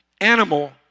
animal